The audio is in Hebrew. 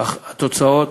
אך התוצאות